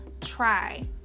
try